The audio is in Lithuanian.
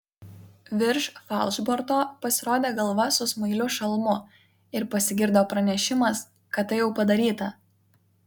virš falšborto pasirodė galva su smailiu šalmu ir pasigirdo pranešimas kad tai jau padaryta